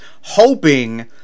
hoping